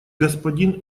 господин